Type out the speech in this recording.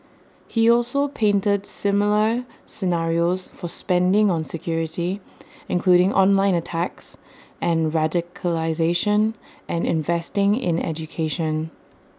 he also painted similar scenarios for spending on security including online attacks and radicalisation and investing in education